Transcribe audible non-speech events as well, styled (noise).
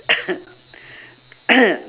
(coughs) (coughs)